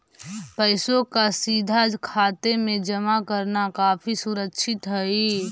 पैसों का सीधा खाते में जमा करना काफी सुरक्षित हई